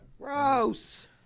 Gross